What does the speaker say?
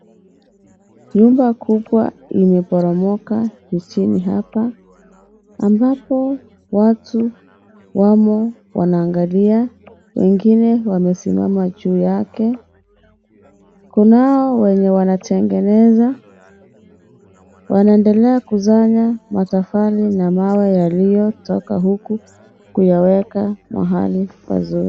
Nyumba kubwa imeporomoka nchini hapa, ambapo watu wamo wanaangalia wengine wamesimama juu yake, kunao wenye wanatengeneza, wanendelea kukusanya matofali na mawe yaliyo toka huku kunyaweka pamali pazuri.